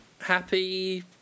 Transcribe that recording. Happy